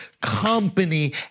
company